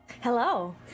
Hello